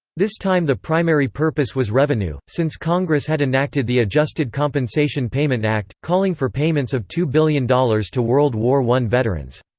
this time the primary purpose was revenue, since congress had enacted the adjusted compensation payment act, calling for payments of two billion dollars to world war i veterans.